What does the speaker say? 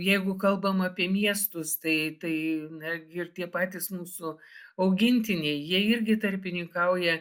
jeigu kalbam apie miestus tai tai negi ir tie patys mūsų augintiniai jie irgi tarpininkauja